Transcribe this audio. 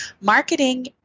Marketing